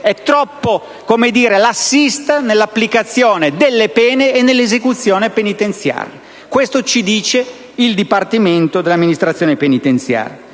è troppo lassista nell'applicazione delle pene e nell'esecuzione penitenziaria. Questo ci dice il Dipartimento dell'amministrazione penitenziaria.